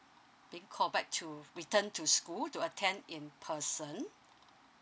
being called back to return to school to attend in person